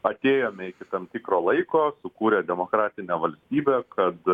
atėjome iki tam tikro laiko sukūrę demokratinę valstybę kad